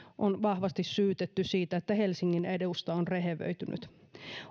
on vahvasti syytetty siitä että helsingin edusta on rehevöitynyt